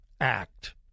Act